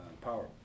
power